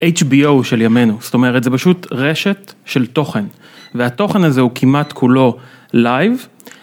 HBO של ימינו, זאת אומרת זה פשוט רשת של תוכן והתוכן הזה הוא כמעט כולו לייב.